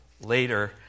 later